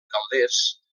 calders